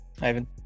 Ivan